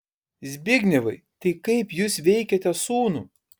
zbignevai tai kaip jūs veikiate sūnų